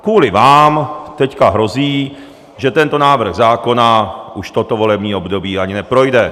Kvůli vám teď hrozí, že tento návrh zákona už toto volební období ani neprojde.